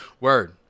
word